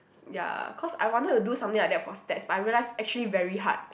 ya cause I wanted to do something like that for stats but I realise actually very hard